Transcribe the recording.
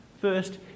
first